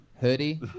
Hoodie